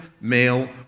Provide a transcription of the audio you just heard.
male